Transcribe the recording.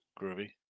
Groovy